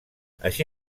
així